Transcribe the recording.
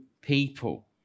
people